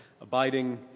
Abiding